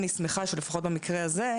אני שמחה שלפחות במקרה הזה,